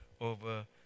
over